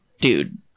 Dude